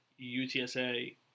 UTSA